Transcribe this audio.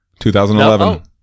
2011